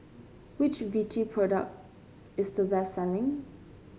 which Vichy product is the best selling